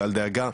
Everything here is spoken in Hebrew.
אל דאגה,